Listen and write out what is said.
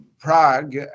Prague